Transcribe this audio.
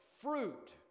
fruit